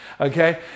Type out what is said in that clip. okay